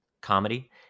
comedy